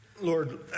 Lord